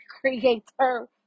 creator